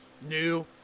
new